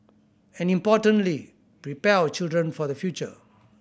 and importantly prepare our children for the future